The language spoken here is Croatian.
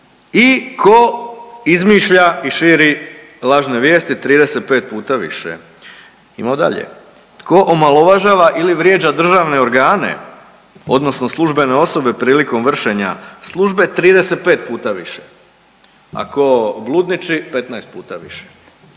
i tko izmišlja i širi lažne vijesti 35 puta više. Idemo dalje. Tko omalovažava ili vrijeđa državne organe odnosno službene osobe prilikom vršenja službe 35 puta više, a tko bludniči 15 puta više.